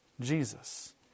jesus